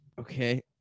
okay